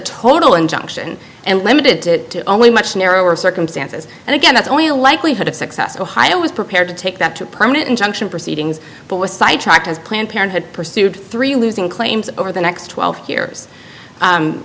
total injunction and limited to only much narrower circumstances and again that's only a likelihood of success ohio was prepared to take that to a permanent injunction proceedings but was sidetracked as planned parenthood pursued three losing claims over the next twelve years